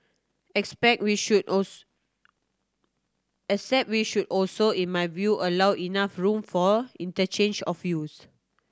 expect we should except we should also in my view allow enough room for interchange of views